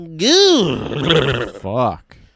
Fuck